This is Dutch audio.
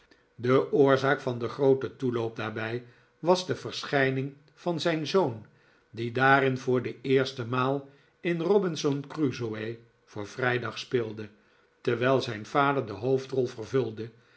de oorzaak van den grooten toeloop daarbij was de verschijning van zijn zoon die daarin voor de eerste maal in robinson crusoe voor vrijdag speelde terwijl zijn vader de hoofdrol vervulde